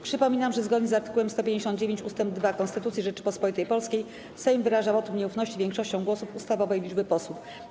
Przypominam, ze zgodnie z art. 159 ust. 2 Konstytucji Rzeczypospolitej Polskiej Sejm wyraża wotum nieufności większością głosów ustawowej liczby posłów.